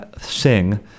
sing